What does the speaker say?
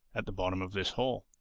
at the bottom of this hole.